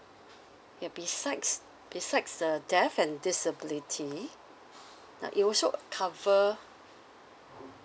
ya besides besides uh death and disability now it also cover